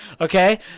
okay